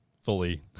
fully